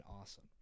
awesome